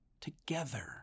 together